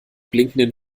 blinkenden